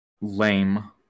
Lame